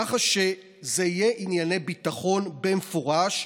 כך שזה יהיה ענייני ביטחון במפורש,